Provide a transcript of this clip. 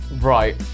Right